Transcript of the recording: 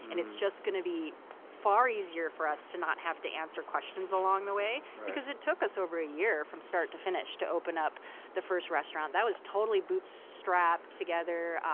and it's just going to be far easier for us to not have to answer questions along the way. because it took us over a year from start to finish to open up the first restaurant. that was totally bootstrapped together,